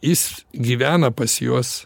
jis gyvena pas juos